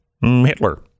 Hitler